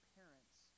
parents